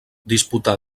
disputà